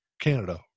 Canada